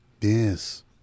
Yes